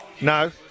No